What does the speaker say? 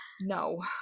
no